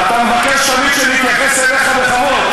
ואתה מבקש תמיד שנתייחס אליך בכבוד.